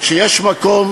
שיש מקום